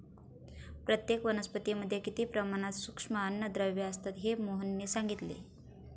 प्रत्येक वनस्पतीमध्ये किती प्रमाणात सूक्ष्म अन्नद्रव्ये असतात हे मोहनने सांगितले